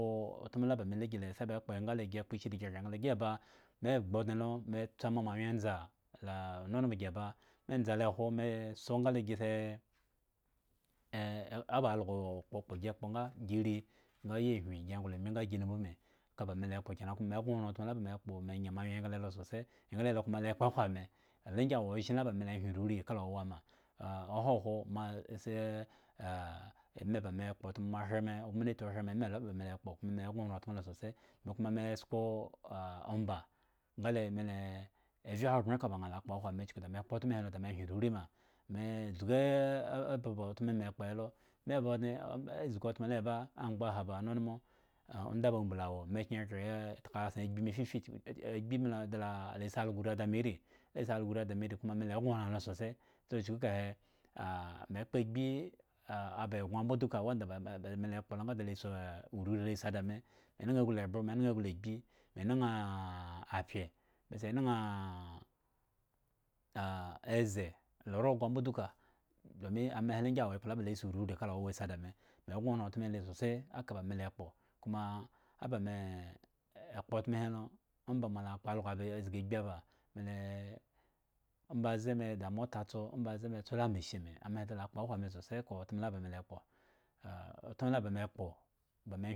Kpo otmo la ba me la gi saba le kpo be nga le me kpo shiri gre enggla nga eba ba gbu odne lo me tso nma moanwyen endza la onunmo la gi ba me enza le kmo me soo mga le gi see aba algo wo kpokpo gi kpo nga ri nga ayiwhi gi nglo oni nga gi mnu ubmi ka ba me le kpo kenan kuma me le go oran otmo la ba ele kpo ba me le nye moanwyen engla lo sosai engla lo kuma le kpokhwo ame aho ngi awo ozhen laba le hwen oriori kala owowa ma oha khwo ma a asi "ah ah" eme ba me kpo otmo ma hre me kuma me gnoran otmo lo sosai me kuma me omba nga le me e vye ahhobren kaba aa akpokhwo me chuku da me hwen oroiri ma "mee" ebe ba otmo mee kpo he lo me ba odne me zgi otmo lo e ba angbaha ba munmo a onda ba amblulu awoo me nkre gre ye tka asin agbi me agbi mi da laa asi ako ri da me rii asi algo da me ri kuma mele go ran lo sosai so chuku kahe me mpo agbi aba eggon mbo duka wanda si oriori sa da me ma nan aglu ebro me nan aglu gbi me nan apre sa eze rogo mbo duka domin ama he lo ngi awa ekpla la bale si oriori kaka owowa si da me me goran otmo he lo sosai aka ba me ekpo kuma aba me ekpo otmo he omba ba mo kpo algo zgi agbi aba me bele ombaze me da mato tso ombaze me tso amachine me da la kpokhwo sosai aka ba otmo la ba me le kpo lo otmo ba me e kpo.